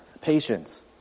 patience